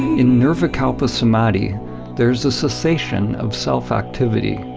in nirvikalpa samadhi there's a cessation of self activity,